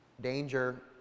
danger